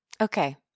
Okay